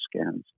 scans